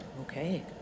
okay